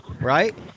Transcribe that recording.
right